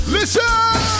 Listen